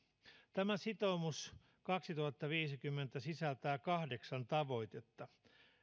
tämä sitoumus kaksituhattaviisikymmentä sisältää kahdeksan tavoitetta